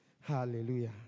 Hallelujah